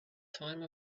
time